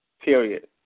period